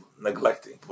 neglecting